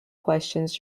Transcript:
questions